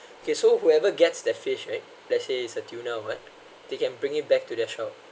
okay so whoever gets the fish right let's say it's a tuna or what they can bring it back to their shop